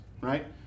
right